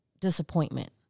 disappointment